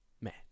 man